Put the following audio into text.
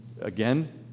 again